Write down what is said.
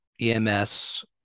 EMS